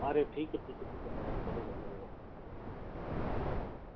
अरे ठीक है ठीक है ठीक है मैडम चलेगा चलेगा जी जी